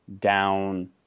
down